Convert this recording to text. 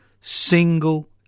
single